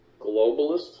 Globalist